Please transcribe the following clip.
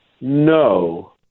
no